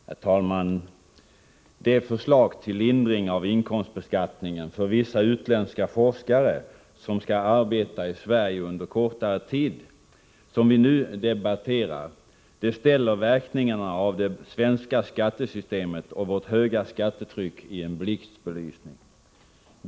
Herr talman! Det förslag till lindring av inkomstbeskattningen för vissa utländska forskare, vilka skall arbeta i Sverige under kortare tid, som vi nu debatterar ställer verkningarna av det svenska skattesystemet och vårt höga skattetryck i en blixtbelysning.